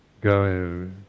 go